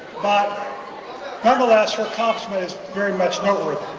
but nonetheless her accomplishment is very much noteworthy.